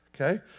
okay